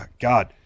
God